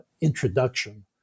introduction